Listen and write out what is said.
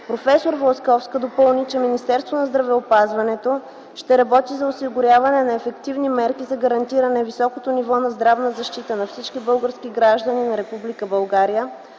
Професор Власковска допълни, че Министерството на здравеопазването ще работи за осигуряване на ефективни мерки за гарантиране високо ниво на здравна защита на всички граждани на